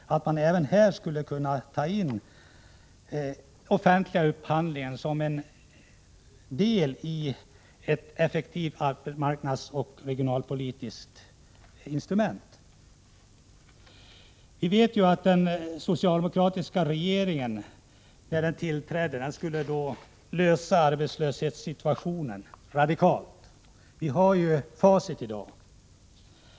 Aven här skulle man kunna ta in den offentliga 25 april 1985 upphandlingen som en del i ett effektivt arbetsmarknadsoch regionalpoli tiskt instrument. När den socialdemokratiska regeringen tillträdde skulle den lösa arbetslöshetssituationen radikalt. I dag har vi facit.